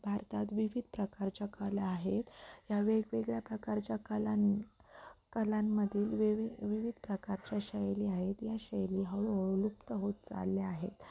भारतात विविध प्रकारच्या कला आहेत या वेगवेगळ्या प्रकारच्या कलां कलांमधील विवि विविध प्रकारच्या शैली आहेत या शैली हळूहळू लुप्त होत चालल्या आहेत